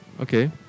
Okay